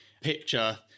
picture